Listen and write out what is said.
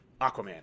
Aquaman